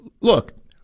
Look